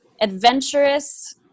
adventurous